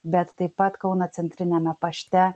bet taip pat kauno centriniame pašte